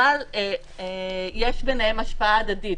אבל יש ביניהם השפעה הדדית.